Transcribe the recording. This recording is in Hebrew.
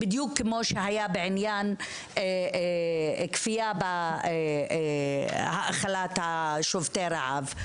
בדיוק כמו שהיה בעניין של כפיית האכלת שובתי רעב.